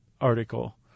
article